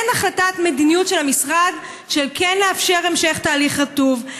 אין החלטת מדיניות של המשרד כן לאפשר המשך תהליך רטוב,